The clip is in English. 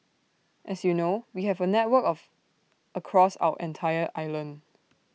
as you know we have A network of across our entire island